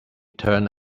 turned